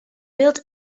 built